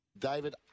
David